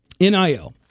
NIL